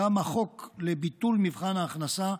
גם החוק לביטול מבחן ההכנסה,